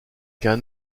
qu’un